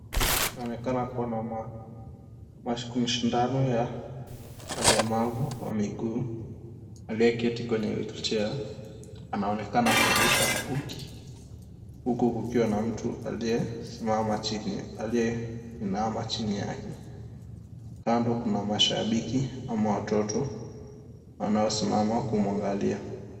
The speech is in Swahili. Inaonekana kuwa na mashindano ya walemavu wa miguu aliyeketi kwenye wheelchair anaonekana kurusha mkuki huku kukiwa na mtu aliyesimama chini aliyeinama chini 𝑦𝑎𝑘𝑒, kando kuna mashabiki ama watoto wanaosimama kum𝑤angalia.